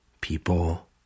People